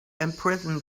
imprison